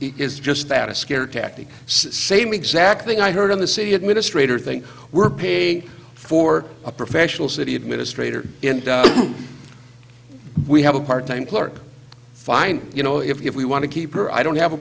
is just that a scare tactic same exact thing i heard in the city administrator think we're paying for a professional city administrator in we have a part time clerk fine you know if we want to keep her i don't have a